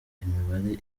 imibare